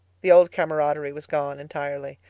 the old camaraderie was gone entirely.